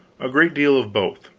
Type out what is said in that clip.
a great deal of both.